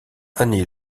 annie